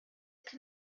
can